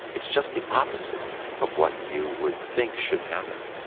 it's just the opposite of what you would think should happen.